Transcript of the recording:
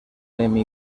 emmy